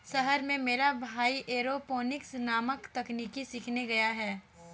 शहर में मेरा भाई एरोपोनिक्स नामक तकनीक सीखने गया है